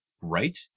right